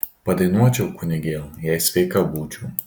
padainuočiau kunigėl jei sveika būčiau